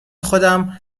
خودم